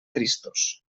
tristos